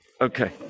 Okay